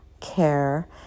Care